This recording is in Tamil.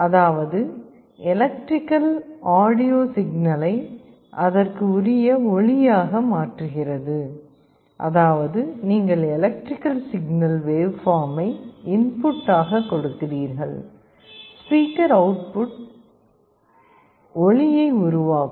அதாவது எலக்ட்ரிக்கல் ஆடியோ சிக்னலை அதற்கு உரிய ஒலியாக மாற்றுகிறது அதாவது நீங்கள் எலக்ட்ரிக்கல் சிக்னல் வேவ்பார்மை இன்புட் ஆக கொடுக்கிறீர்கள் ஸ்பீக்கர் அவுட் புட்டாக ஒலியை உருவாக்கும்